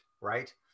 right